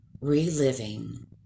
reliving